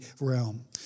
realm